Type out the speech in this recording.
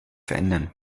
verändern